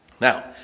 Now